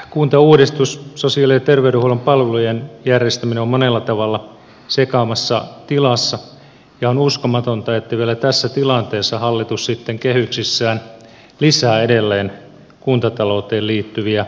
kuntauudistus sosiaali ja terveydenhuollon palvelujen järjestäminen on monella tavalla sekavassa tilassa ja on uskomatonta että vielä tässä tilanteessa hallitus sitten kehyksissään lisää edelleen kuntatalouteen liittyviä säästöjä